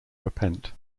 repent